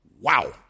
Wow